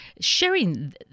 sharing